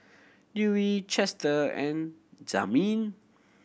Dewey Chester and Jazmin